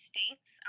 States